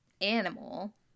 animal